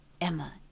Emma